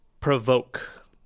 provoke